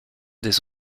des